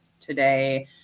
today